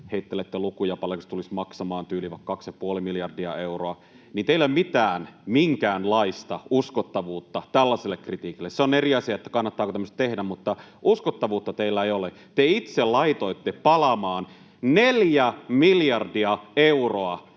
heittelette lukuja, paljonko se tulisi maksamaan, tyyliin vaikka 2,5 miljardia euroa — niin teillä ei ole minkäänlaista uskottavuutta tällaiselle kritiikille. On eri asia, kannattaako tämmöistä tehdä, mutta uskottavuutta teillä ei ole. Te itse laitoitte palamaan neljä miljardia euroa